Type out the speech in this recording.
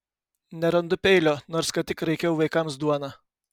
nerandu peilio nors ką tik raikiau vaikams duoną